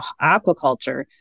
aquaculture